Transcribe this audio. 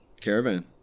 caravan